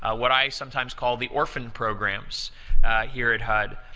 ah what i sometimes call the orphan programs here at hud,